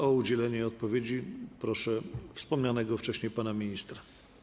O udzielenie odpowiedzi proszę wspomnianego wcześniej pana ministra.